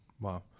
Wow